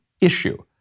issue